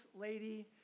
lady